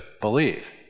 believe